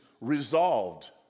resolved